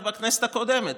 רק בכנסת הקודמת.